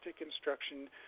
instruction